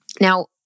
Now